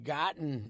gotten